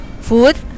food